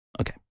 Okay